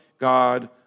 God